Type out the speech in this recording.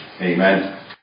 Amen